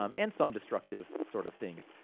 um and some destructive sort of things.